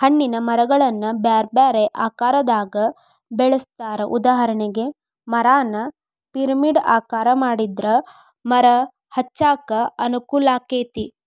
ಹಣ್ಣಿನ ಮರಗಳನ್ನ ಬ್ಯಾರ್ಬ್ಯಾರೇ ಆಕಾರದಾಗ ಬೆಳೆಸ್ತಾರ, ಉದಾಹರಣೆಗೆ, ಮರಾನ ಪಿರಮಿಡ್ ಆಕಾರ ಮಾಡಿದ್ರ ಮರ ಹಚ್ಚಾಕ ಅನುಕೂಲಾಕ್ಕೆತಿ